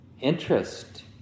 interest